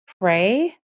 pray